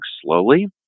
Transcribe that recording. slowly